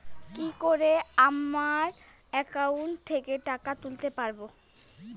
কি করে আমার একাউন্ট থেকে টাকা তুলতে পারব?